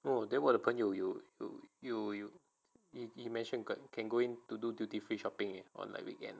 well then 我的朋友有有有有 mention can going to do duty free shopping on like weekend